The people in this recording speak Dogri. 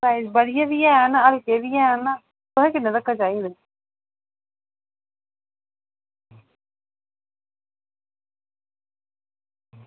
बधियै बी हैन हल्के बी हैन तुसें किन्ने धोड़ी चाहिदे